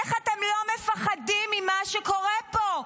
איך אתם לא מפחדים ממה שקורה פה?